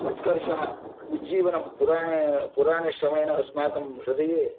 उत्कर्षः उज्जीवनं पुराणे पुराणश्रवणेन अस्माकं हृदये